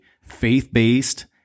faith-based